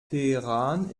teheran